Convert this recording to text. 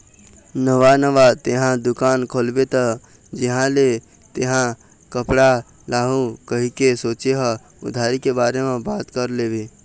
नवा नवा तेंहा दुकान खोलबे त जिहाँ ले तेंहा कपड़ा लाहू कहिके सोचें हस उधारी के बारे म बात कर लेबे